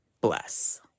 bless